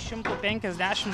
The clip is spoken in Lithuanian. šimtų penkiasdešim